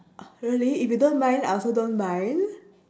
really if you don't mind I also don't mind